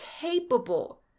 capable